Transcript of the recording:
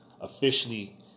officially